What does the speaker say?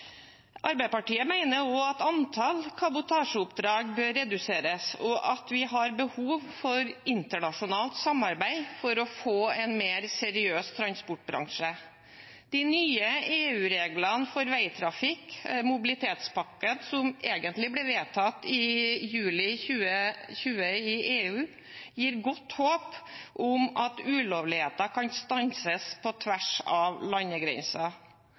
Arbeiderpartiet mener også at antall kabotasjeoppdrag bør reduseres, og at vi har behov for internasjonalt samarbeid for å få en mer seriøs transportbransje. De nye EU-reglene for veitrafikk, mobilitetspakken, som egentlig ble vedtatt i juli 2020 i EU, gir godt håp om at ulovligheter kan stanses på tvers av